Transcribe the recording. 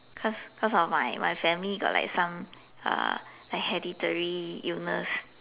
cause cause of my my family got like some uh the hereditary illness